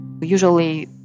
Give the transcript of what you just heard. Usually